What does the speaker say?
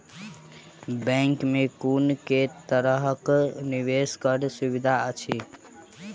Bank मे कुन केँ तरहक निवेश कऽ सुविधा अछि?